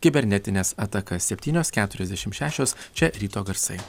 kibernetines atakas septynios keturiasdešim šešios čia ryto garsai